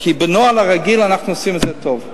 כי בנוהל הרגיל אנחנו עושים את זה טוב.